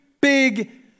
big